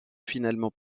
finalement